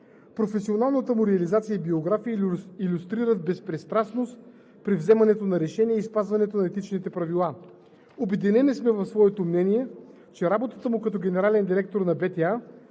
Професионалната му реализация и биография илюстрират безпристрастност при вземането на решения и спазването на етичните правила. Обединени сме в своето мнение, че работата му като генерален директор на БТА